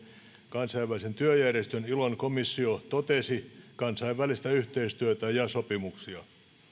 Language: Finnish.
kansainvälisen työjärjestön ilon komissio totesi kansainvälistä yhteistyötä ja sopimuksia